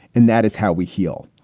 and that is how we heal.